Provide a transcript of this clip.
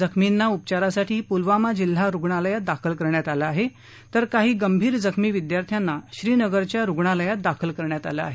जखमीना उपचारासाठी पुलवामा जिल्हा रुग्णालयात दाखल करण्यात आलं आहे तर काही गंभीर जखमी विद्यार्थ्यांना श्रीनगरच्या रुग्णालयात दाखल करण्यात आलं आहे